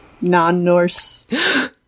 non-Norse